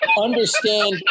understand